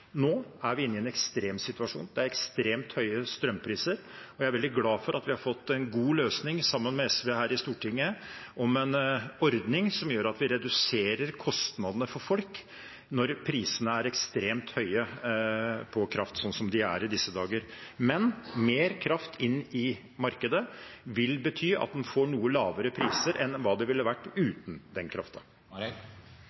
nå er vi inne i en ekstrem situasjon. Det er ekstremt høye strømpriser, og jeg er veldig glad for at vi har fått en god løsning sammen med SV her i Stortinget om en ordning som gjør at vi reduserer kostnadene for folk når prisene på kraft er ekstremt høye, slik som de er i disse dager. Men mer kraft inn i markedet vil bety at en får noe lavere priser enn hva de ville vært